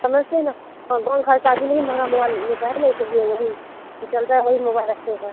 समझते हैं ना हाँ गाँव घर का ही नहीं महंगा मोबाइल लेता है ना इसलिए वही जो चल रहा है वही मोबाइल रखते हैं